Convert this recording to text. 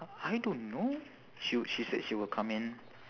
I don't know she w~ she said she will come in